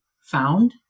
found